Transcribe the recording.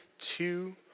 two